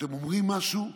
אתם אומרים משהו,